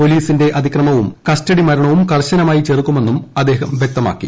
പോലീസീന്റെ അതിക്രമവും കസ്റ്റഡിമരണവും കർശനമായി ചെറുക്കുമെന്നും അദ്ദേഹം വ്യക്തമാക്കി